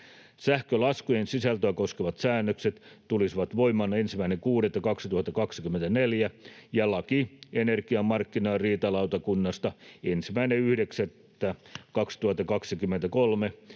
Sähkölaskujen sisältöä koskevat säännökset tulisivat voimaan 1.6.2024 ja laki energiamarkkinariitalautakunnasta 1.9.2023,